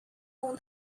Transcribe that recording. own